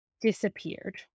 disappeared